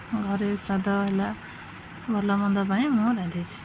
ଘରେ ଶ୍ରାଦ୍ଧ ହେଲା ଭଲ ମନ୍ଦ ପାଇଁ ମୁଁ ରାନ୍ଧିଛି